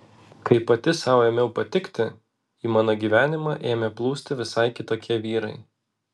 kai pati sau ėmiau patikti į mano gyvenimą ėmė plūsti visai kitokie vyrai